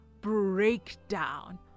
breakdown